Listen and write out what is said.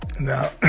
Now